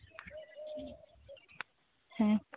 ᱦᱮᱸ